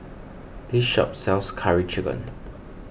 this shop sells Curry Chicken